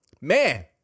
man